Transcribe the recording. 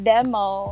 Demo